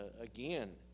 Again